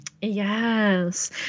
Yes